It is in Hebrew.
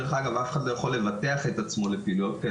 דרך אגב, הוא יכול לבטח את עצמו לבד.